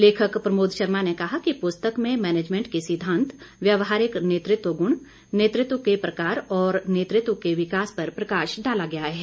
लेखक प्रमोद शर्मा ने कहा कि पुस्तक में मनेजमेंट के सिद्धांत व्यवहारिक नेतृत्व गुण नेतृत्व के प्रकार और नेतृत्व के विकास पर प्रकाश डाला गया है